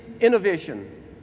innovation